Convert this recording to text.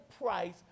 price